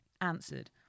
answered